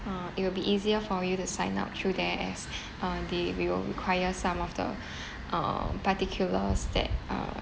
uh it will be easier for you to sign up through there as um there we will require some of the uh particulars that uh